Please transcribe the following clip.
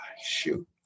shoot